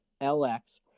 LX